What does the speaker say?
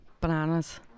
bananas